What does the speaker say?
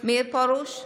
מאיר פרוש,